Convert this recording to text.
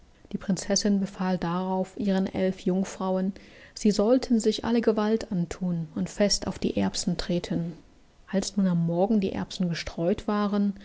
die prinzessin befahl darauf ihren elf jungfrauen sie sollten sich alle gewalt anthun und fest auf die erbsen treten als nun am morgen die erbsen gestreut waren